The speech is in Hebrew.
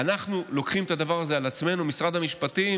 אנחנו לוקחים את הדבר הזה על עצמנו, משרד המשפטים,